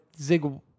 Zig